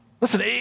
Listen